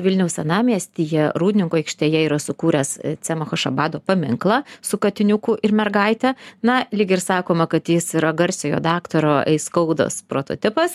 vilniaus senamiestyje rūdninkų aikštėje yra sukūręs cemacho šabado paminklą su katiniuku ir mergaite na lyg ir sakoma kad jis yra garsiojo daktaro aiskaudos prototipas